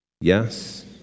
Yes